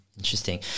Interesting